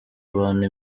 abantu